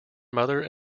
mother